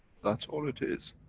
that's all it is.